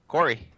Corey